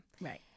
Right